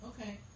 Okay